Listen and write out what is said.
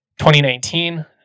2019